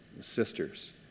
sisters